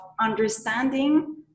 understanding